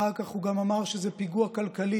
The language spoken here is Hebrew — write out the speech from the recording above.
אחר כך הוא גם אמר שזה פיגוע כלכלי